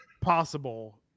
possible